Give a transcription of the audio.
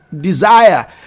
desire